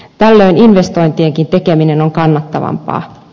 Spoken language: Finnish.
tällöin investointienkin tekeminen on kannattavampaa